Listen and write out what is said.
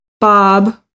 bob